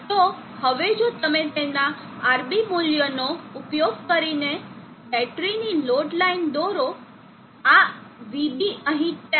તો હવે જો તમે તેના RB મૂલ્યનો ઉપયોગ કરીને બેટરીની લોડ લાઇન દોરો આ VB અહીં 10